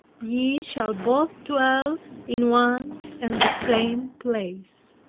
ye shall both dwell in one and the same place.